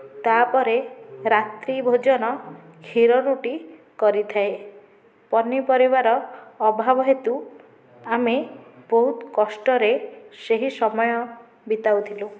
ତାପରେ ରାତ୍ରି ଭୋଜନ କ୍ଷୀର ରୁଟି କରିଥାଏ ପନିପରିବା ର ଅଭାବ ହେତୁ ଆମେ ବହୁତ କଷ୍ଟରେ ସେହି ସମୟ ବିତାଉଥିଲୁ